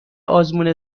آزمون